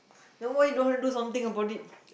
then why you don't want to do something about it